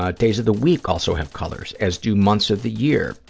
ah days of the week also have colors, as do months of the year.